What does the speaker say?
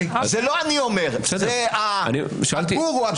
את זה לא אני אומר, זה הגורו הגדול.